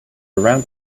around